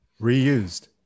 Reused